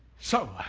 so